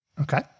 Okay